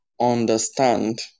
understand